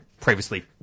previously